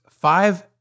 five